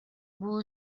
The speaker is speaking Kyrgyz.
бул